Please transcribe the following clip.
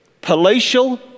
palatial